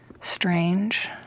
strange